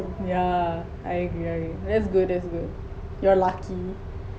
yeah I agree I agree that's good that's good you are lucky